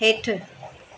हेठि